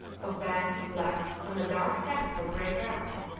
of bands of black on a dark tan or gray ground,